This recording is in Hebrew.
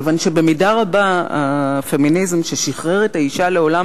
כיוון שבמידה רבה הפמיניזם ששחרר את האשה לעולם